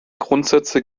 grundsätze